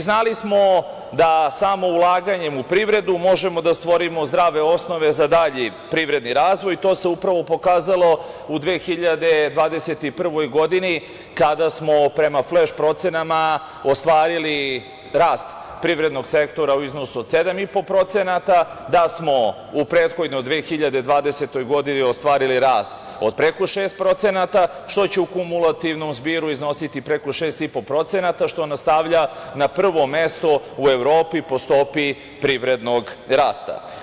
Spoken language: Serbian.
Znali smo da samo ulaganjem u privredu možemo da stvorimo zdrave osnove za dalji privredni razvoj i to se upravo pokazalo u 2021. godini kada smo, prema fleš procenama, ostvarili rast privrednog sektora u iznosu od 7,5%, da smo u prethodnoj 2020. godini ostvarili rast od preko 6%, što će u kumulativnom zbiru iznositi preko 6,5%, što nas stavlja na prvo mesto u Evropi po stopi privrednog rasta.